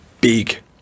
big